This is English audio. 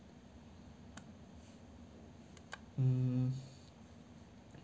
mm